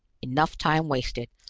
enough time wasted.